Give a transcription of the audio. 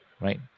right